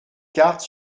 carte